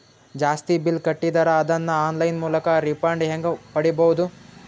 ಜಾಸ್ತಿ ಬಿಲ್ ಕಟ್ಟಿದರ ಅದನ್ನ ಆನ್ಲೈನ್ ಮೂಲಕ ರಿಫಂಡ ಹೆಂಗ್ ಪಡಿಬಹುದು?